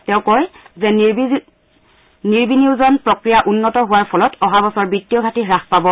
তেওঁ কয় যে নিৰ্বিয়োজন প্ৰক্ৰিয়া উন্নত হোৱাৰ ফলত অহা বছৰ বিগ্ৰীয় ঘাটি হ্যাস পাব